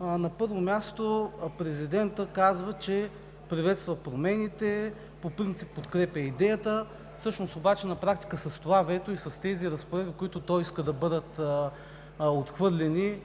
На първо място, Президентът казва, че приветства промените, по принцип подкрепя идеята. Всъщност на практика с това вето и с тези разпоредби, които той иска да бъдат отхвърлени,